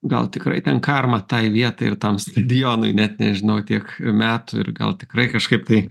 gal tikrai ten karma tai vietai ir tam stadionui net nežinau tiek metų ir gal tikrai kažkaip tai